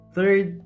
Third